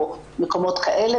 או מקומות כאלה,